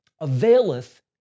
Availeth